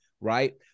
right